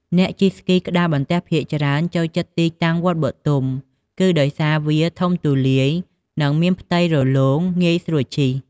អ្នកជិះស្គីក្ដារបន្ទះភាគច្រើនចូលចិត្តទីតាំងវត្តបទុម គឺដោយសារវាធំទូលាយ និងមានផ្ទៃរលោងងាយស្រួលជិះ។